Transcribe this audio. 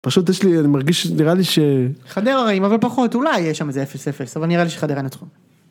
פשוט יש לי מרגיש נראה לי שחדרה אבל פחות אולי יש שם איזה אפס אפס אבל נראה לי שחדרה ינצחו